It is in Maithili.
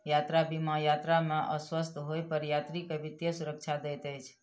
यात्रा बीमा यात्रा में अस्वस्थ होइ पर यात्री के वित्तीय सुरक्षा दैत अछि